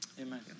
Amen